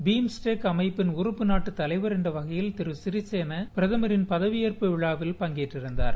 BIMSTEC அமைப்பின் உறுப்பு நாட்டுதலைவர் என்றவகையில் திருசிறிகேளாபாதமரின் பதவியேற்பு விழாவில் பங்கேற்றிருந்தார்